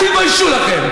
תתביישו לכם.